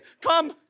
come